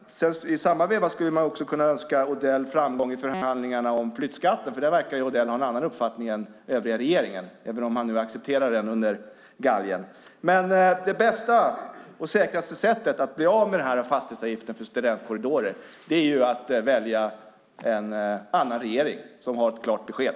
I samma veva skulle man också kunna önska Odell framgång i förhandlingarna om flyttskatten, för där verkar Odell ha en annan uppfattning än övriga regeringen, även om han nu accepterar den under galgen. Men det bästa och säkraste sättet att bli av med fastighetsavgiften för studentkorridorer är att välja en annan regering som har ett klart besked.